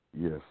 Yes